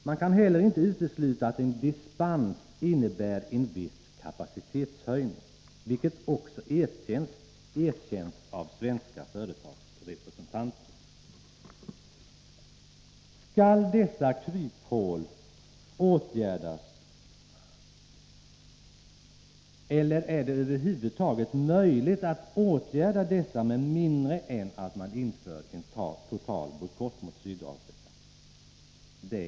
Man kan inte heller utesluta att en dispens innebär en viss kapacitetshöjning, vilket också har erkänts av svenska företagsrepresentanter. Skall dessa kryphål åtgärdas? Är det över huvud taget möjligt att åtgärda dem med mindre än att man inför en total bojkott mot Sydafrika?